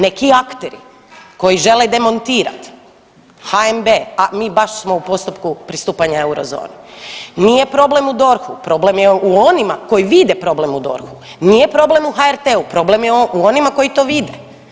Neki akteri koji žele demontirat HNB-a mi baš smo u postupku pristupanja Eurozoni, nije problem u DORH-u, problem je u onima koji vide problem u DORH-u, nije problem u HRT-u, problem je u onima koji to vide.